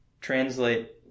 translate